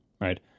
right